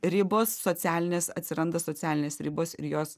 ribos socialinės atsiranda socialinės ribos ir jos